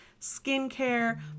skincare